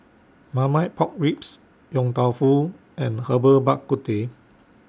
Marmite Pork Ribs Yong Tau Foo and Herbal Bak Ku Teh